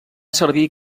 servir